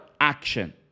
action